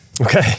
Okay